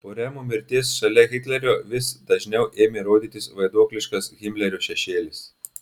po remo mirties šalia hitlerio vis dažniau ėmė rodytis vaiduokliškas himlerio šešėlis